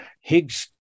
Higgs